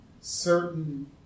certain